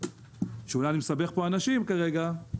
ואולי אני מסבך פה אנשים כרגע,